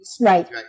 Right